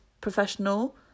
professional